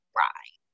right